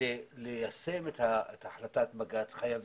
כדי ליישם את החלטת בג"ץ חייבים,